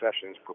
sessions